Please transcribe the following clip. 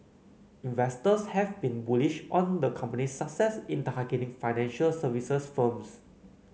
investors have been bullish on the company's success in targeting financial services firms